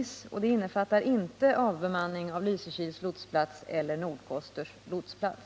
inte innefattar avbemanning av Lysekils lotsplats eller Nordkosters lotsplats.